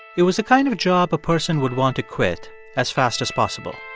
it was a kind of job a person would want to quit as fast as possible.